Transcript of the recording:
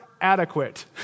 adequate